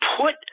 put